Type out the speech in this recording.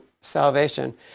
salvation